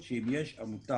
שיישב פה יושב-ראש ועדה,